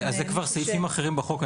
זה סעיפים אחרים בחוק.